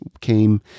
came